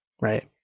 right